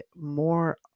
more